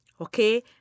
okay